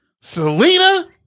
Selena